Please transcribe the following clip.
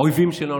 האויבים שלנו,